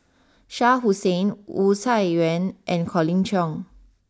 Shah Hussain Wu Tsai Yen and Colin Cheong